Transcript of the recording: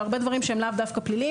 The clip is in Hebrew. הרבה דברים שהם לאו דווקא פליליים,